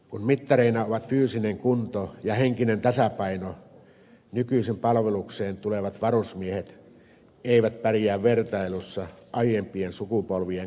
kun mittareina ovat fyysinen kunto ja henkinen tasapaino nykyisin palvelukseen tulevat varusmiehet eivät pärjää vertailussa aiempien sukupolvien kanssa